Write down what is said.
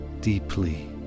deeply